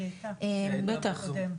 היא הייתה פה, בטח.